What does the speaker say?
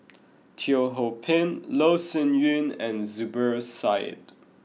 Teo Ho Pin Loh Sin Yun and Zubir Said